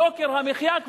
יוקר המחיה,